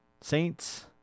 Saints